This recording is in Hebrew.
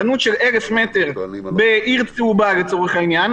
חנות של 1,000 בעיר צהובה למשל,